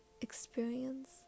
experience